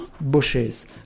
bushes